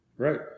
Right